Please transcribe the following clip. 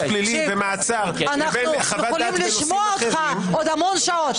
פלילי- -- אנחנו יכולים לשמוע אותך עוד המון שיות.